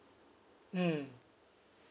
mm